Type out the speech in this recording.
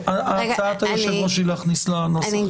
הצעת היושב-ראש היא להכניס לנוסח את הסעיף הזה.